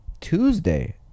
tuesday